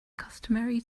customary